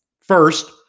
First